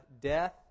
death